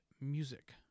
music